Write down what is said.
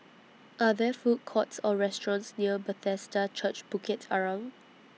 Are There Food Courts Or restaurants near Bethesda Church Bukit Arang